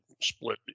split